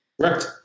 Correct